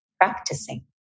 practicing